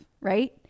right